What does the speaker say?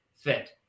fit